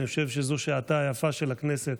אני חושב שזו שעתה היפה של הכנסת.